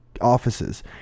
offices